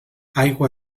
aigua